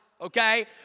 Okay